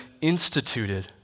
instituted